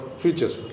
features